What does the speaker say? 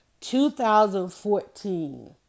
2014